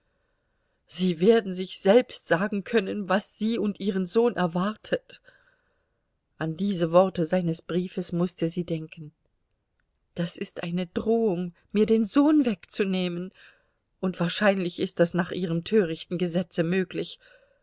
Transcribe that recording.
sie werden sich selbst sagen können was sie und ihren sohn erwartet an diese worte seines briefes mußte sie denken das ist eine drohung mir den sohn wegzunehmen und wahrscheinlich ist das nach ihrem törichten gesetze möglich